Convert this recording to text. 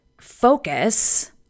focus